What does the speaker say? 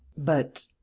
but.